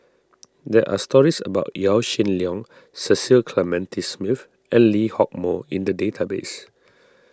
there are stories about Yaw Shin Leong Cecil Clementi Smith and Lee Hock Moh in the database